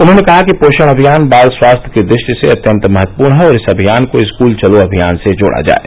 उन्होंने कहा कि पोषण अभियान बाल स्वास्थ्य की दृष्टि से अत्यन्त महत्वपूर्ण है और इस अभियान को स्कूल चलो अभियान से जोड़ा जाये